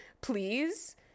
please